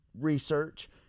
research